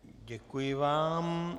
Děkuji vám.